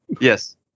Yes